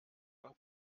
und